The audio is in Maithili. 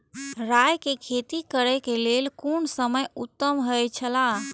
राय के खेती करे के लेल कोन समय उत्तम हुए छला?